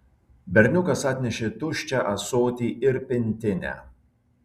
berniukas atnešė tuščią ąsotį ir pintinę